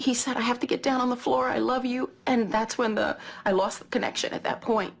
he said i have to get down on the floor i love you and that's when the i lost the connection at that point